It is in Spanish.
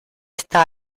esta